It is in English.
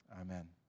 Amen